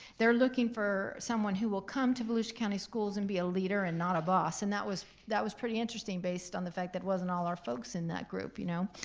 they're looking for someone who will come to volusia county schools and be a leader and not a boss, and that was that was pretty interesting based on the fact that it wasn't all our folks in that group, you know.